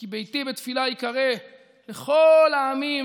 כי ביתי בית תפִלה יקרא לכל העמים,